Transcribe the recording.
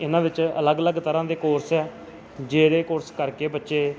ਇਹਨਾਂ ਵਿੱਚ ਅਲੱਗ ਅਲੱਗ ਤਰ੍ਹਾਂ ਦੇ ਕੋਰਸ ਹੈ ਜਿਹੜੇ ਕੋਰਸ ਕਰਕੇ ਬੱਚੇ